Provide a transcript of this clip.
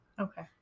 Okay